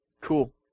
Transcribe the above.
Cool